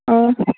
अ